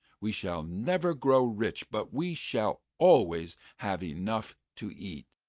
we shall never grow rich, but we shall always have enough to eat.